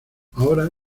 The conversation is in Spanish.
ahora